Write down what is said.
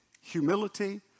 humility